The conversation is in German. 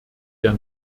der